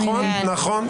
נכון.